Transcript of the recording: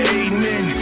amen